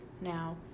Now